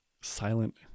silent